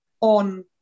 on